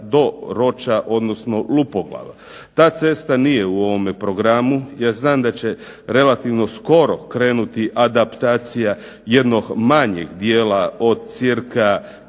do Roća odnosno Lupoglava. Ta cesta nije u ovome programu. Ja znam da će relativno skoro krenuti adaptacija jednog manjeg dijela od cca